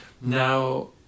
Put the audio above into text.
Now